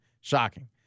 Shocking